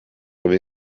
comme